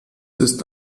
ist